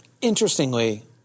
Interestingly